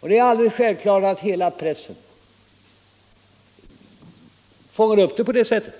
Det är alldeles självklart att hela pressen fångar upp det på det sättet.